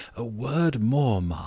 a word more, ma'am,